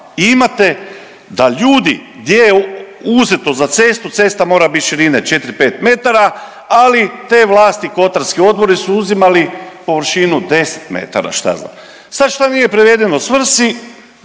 imate da ljudi gdje je uzeto za cestu, cesta mora bit širine četiri, pet metara ali te vlasti, kotarski odbori su uzimali površinu 10 metara, šta ja znam.